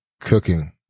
cooking